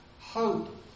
hope